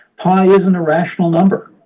pi isn't a rational number.